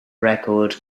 record